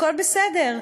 הכול בסדר,